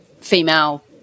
female